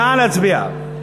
נא להצביע.